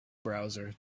browser